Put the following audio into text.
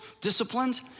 disciplines